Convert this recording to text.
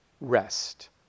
rest